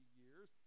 years